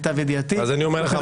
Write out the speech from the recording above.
אז אני אומר לך,